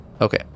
Okay